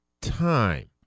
time